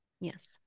Yes